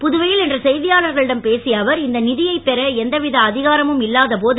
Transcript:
புதுவையில் இன்று செய்தியாளர்களிடம் பேசிய அவர் இந்த நிதியைப் பெற எந்தவித அதிகாரமும் இல்லாத போது